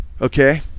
Okay